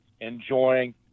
enjoying